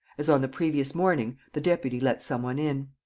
as on the previous morning, the deputy let some one in.